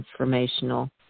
transformational